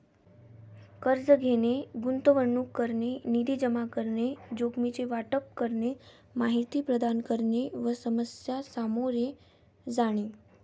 कर्ज घेणे, गुंतवणूक करणे, निधी जमा करणे, जोखमीचे वाटप करणे, माहिती प्रदान करणे व समस्या सामोरे जाणे